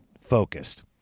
focused